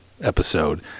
episode